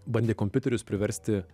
bandė kompiuterius priversti